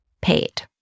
paid